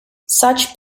such